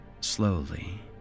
slowly